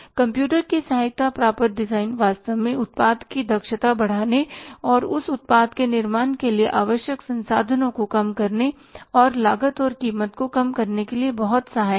computer की सहायता प्राप्त डिज़ाइन वास्तव में उत्पाद की दक्षता बढ़ाने और उस उत्पाद के निर्माण के लिए आवश्यक संसाधनों को कम करने और लागत और कीमत को कम करने के लिए बहुत सहायक हैं